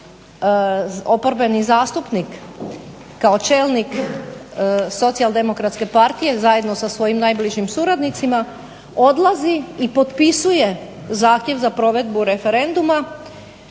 oporbeni zastupnik kao čelnik SDP-a zajedno sa svojim najbližim suradnicima odlazi i potpisuje zahtjev za provedbu referenduma